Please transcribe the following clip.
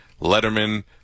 Letterman